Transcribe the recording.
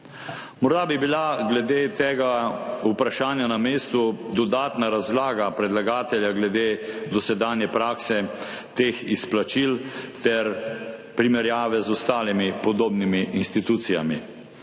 Morda bi bila glede tega vprašanja na mestu dodatna razlaga predlagatelja glede dosedanje prakse teh izplačil ter primerjava z ostalimi podobnimi institucijami.